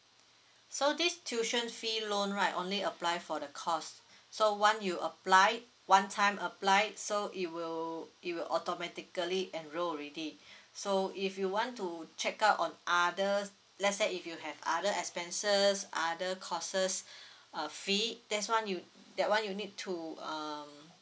so this tuition fee loan right only apply for the course so one you apply one time apply so it will it will automatically enroll already so if you want to check out on others let's say if you have other expenses other courses uh fee that's one you that one you need to um